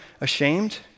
ashamed